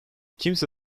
kimse